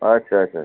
আচ্ছা আচ্ছা